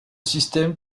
système